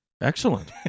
Excellent